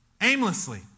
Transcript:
Aimlessly